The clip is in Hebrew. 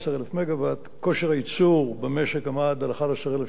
וכושר הייצור במשק עמד על 11,780 מגוואט.